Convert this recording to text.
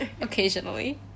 occasionally